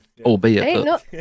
albeit